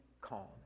calm